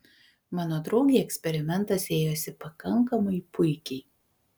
mano draugei eksperimentas ėjosi pakankamai puikiai